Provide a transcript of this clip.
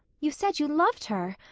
you said you loved her.